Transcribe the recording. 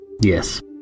Yes